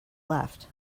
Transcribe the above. left